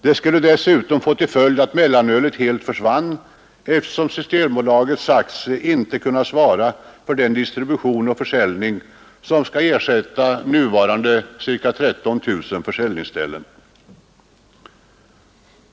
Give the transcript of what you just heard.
Det skulle dessutom få till följd att mellanölet helt försvann, eftersom Systembolaget sagt sig icke kunna svara för den distribution och försäljning som skall ersätta nuvarande ca 13 000 försäljningsställen.